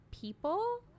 people